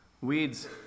Weeds